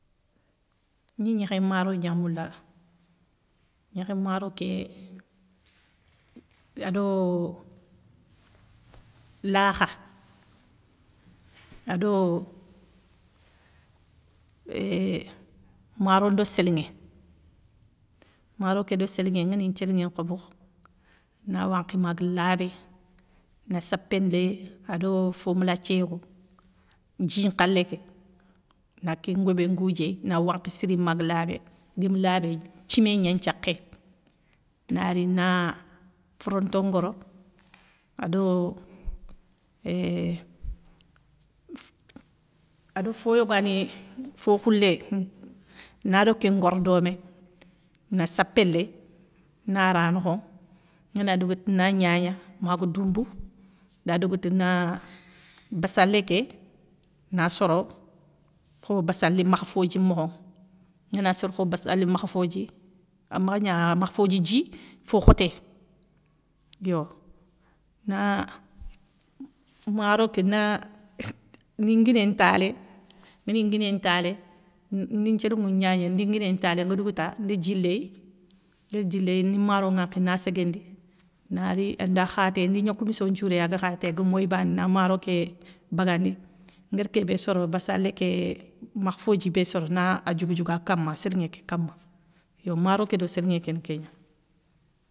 Ni gnékhé maro gna moula, gnékhé maro ké ado lakha ado euuhh laro ndo sélinŋé, maro kédo sélinŋé nguéni nthiélinŋé nkhobo, na wankhi maga labé na sapé léy ado, fo malathié yogo dji nkhalé ké na ké ngobé ngoudiéy na wankhi siri maga labé, guémi labé timé gna nthiakhéy, nari na foronto ngoro ado euuuhhh foyogani fo khoulé naro kén ngoro domé, na sapé ley na ra nokho ngana dougouta na gnagna maga doumbou nda dougouta na bassalé ké na soro kho bassali makhfodji mokho. Ngana soro kho bassali makhfodji a makha gna makhfodji dji fo khoté yo. Na maro ké na ni nguiné talé, nguéni nguiné ntalé, ni nthiélounŋou gnagna ndi nguiné talé nga dougouta ni dji léy ngari dji léy ni maro ŋwankhi na séguéndi, na ri anda khaté, ni gnoko misso nthiou rey aga khaté ga moyi bané, na maro ké bagandi, nguéri kébé soro bassalé ké, makhfodji bé soro na a diougou diougou a kama sélinŋé ké kama. Yo maro kédo séllinŋé kéni kégna.